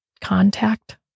Contact